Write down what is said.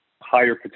higher